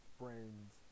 friends